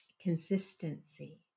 consistency